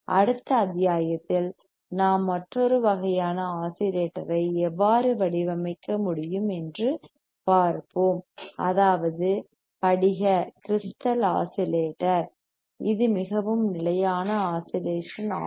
அடுத்த அத்தியாயத்தில் நாம் மற்றொரு வகையான ஆஸிலேட்டரை எவ்வாறு வடிவமைக்க முடியும் என்று பார்ப்போம் அதாவது படிக crystal கிரிஸ்டல் ஆஸிலேட்டர் இது மிகவும் நிலையான ஆஸிலேஷன் ஆகும்